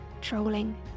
trolling